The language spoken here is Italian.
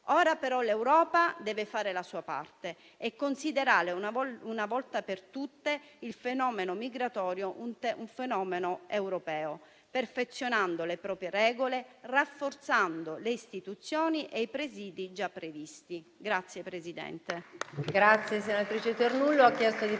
Ora però l'Europa deve fare la sua parte e considerare una volta per tutte quello migratorio come un fenomeno europeo, perfezionando le proprie regole e rafforzando le istituzioni e i presidi già previsti.